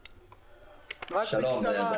בבקשה.